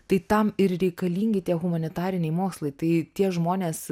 tai tam ir reikalingi tie humanitariniai mokslai tai tie žmonės